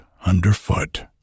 underfoot